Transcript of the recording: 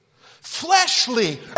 Fleshly